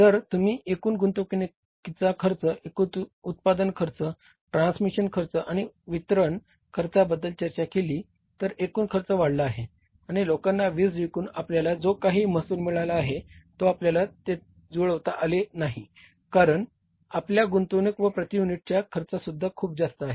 जर तुम्ही एकूण गुंतवणूकीचा खर्च एकूण उत्पादन खर्च ट्रान्समिशन खर्च आणि वितरण खर्चाबद्दल चर्चा केली तर एकूण खर्च वाढला आहे आणि लोकांना वीज विकून आपल्याला जो काही महसूल मिळाला आहे तो आपल्याला ते जुळवता आले नाही कारण आपला गुंतवणूक व प्रती युनिट खर्चसुद्धा खूप जास्त आहे